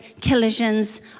collisions